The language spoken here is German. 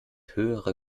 höhere